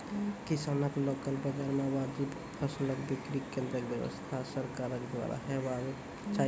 किसानक लोकल बाजार मे वाजिब फसलक बिक्री केन्द्रक व्यवस्था सरकारक द्वारा हेवाक चाही?